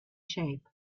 shape